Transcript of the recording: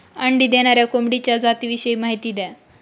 अंडी देणाऱ्या कोंबडीच्या जातिविषयी माहिती द्या